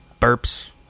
burps